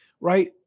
right